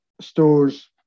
stores